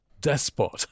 despot